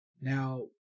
Now